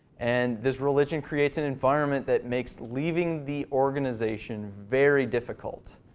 and this religion creates an environment that makes leaving the organization very difficult.